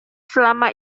selama